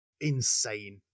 insane